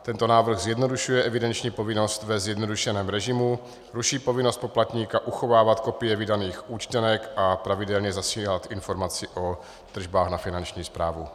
Tento návrh zjednodušuje evidenční povinnost ve zjednodušeném režimu, ruší povinnost poplatníka uchovávat kopie vydaných účtenek a pravidelně zasílat informaci o tržbách na Finanční správu.